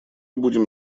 будем